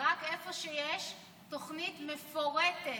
רק איפה שיש תוכנית מפורטת,